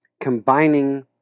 combining